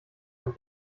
ein